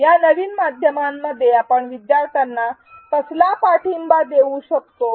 या नवीन माध्यमामध्ये आपण विद्यार्थ्यांना कसला पाठिंबा देऊ शकतो